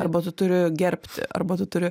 arba tu turi gerbti arba tu turi